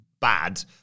bad